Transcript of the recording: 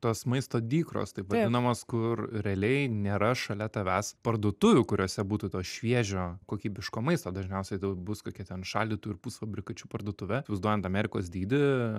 tos maisto dykros taip vadinamos kur realiai nėra šalia tavęs parduotuvių kuriose būtų to šviežio kokybiško maisto dažniausiai tai bus kokia ten šaldytų ir pusfabrikačių parduotuvė įsivaizduojant amerikos dydį